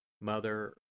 Mother